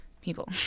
people